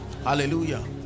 hallelujah